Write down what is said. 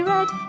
Red